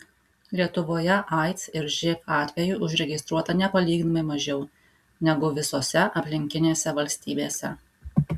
lietuvoje aids ir živ atvejų užregistruota nepalyginamai mažiau negu visose aplinkinėse valstybėse